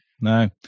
no